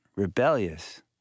rebellious